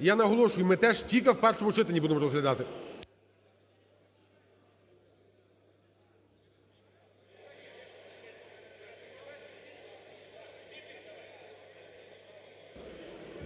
Я наголошую, ми теж тільки в першому читанні будемо розглядати.